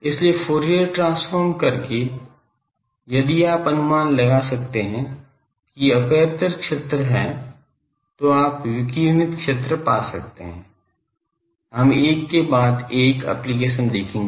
इसलिए Fourier transform करके यदि आप अनुमान लगा सकते हैं कि एपर्चर क्षेत्र है तो आप विकिरणित क्षेत्र पा सकते हैं हम एक के बाद एक एप्लीकेशन देखेंगे